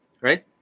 right